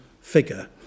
figure